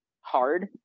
hard